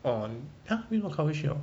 oh !huh! 为什么咖啡需要